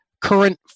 current